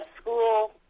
school